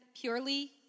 purely